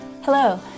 Hello